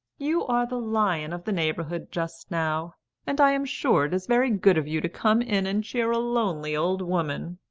you are the lion of the neighbourhood just now and i'm sure it is very good of you to come in and cheer a lonely old woman.